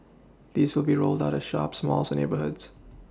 these will be rolled out at shops malls and neighbourhoods